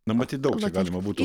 na matyt daug čia galima būtų